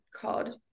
called